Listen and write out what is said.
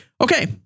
Okay